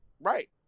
Right